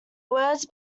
words